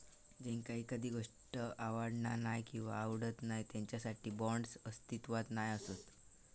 ज्यांका एखादी गोष्ट आवडना नाय किंवा आवडत नाय त्यांच्यासाठी बाँड्स अस्तित्वात नाय असत